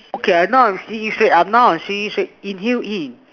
okay I now I'm sitting this way ah I'm sitting this way inhale in